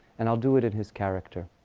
and i'll do it in his character.